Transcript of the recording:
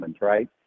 right